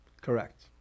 Correct